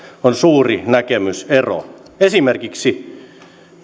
on suuri näkemysero esimerkiksi